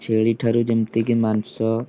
ଛେଳି ଠାରୁ ଯେମତିକି ମାଂସ